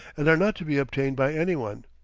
and are not to be obtained by anyone.